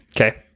Okay